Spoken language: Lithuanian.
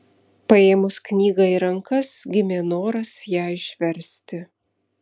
paėmus knygą į rankas gimė noras ją išversti